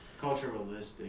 Culturalistic